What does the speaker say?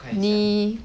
你